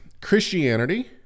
Christianity